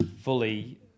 fully